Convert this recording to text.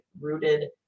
rooted